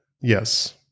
Yes